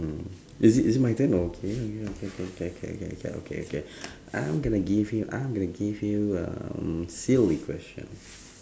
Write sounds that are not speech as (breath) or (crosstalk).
mm is it is it my turn okay okay okay okay okay okay okay okay (breath) I'm gonna give you I'm gonna give you um silly questions